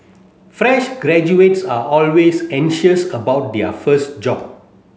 fresh graduates are always anxious about their first job